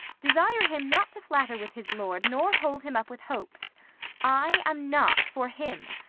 desire him not to flatter with his lord, nor hold him up with hopes i am not for him.